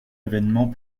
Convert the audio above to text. événements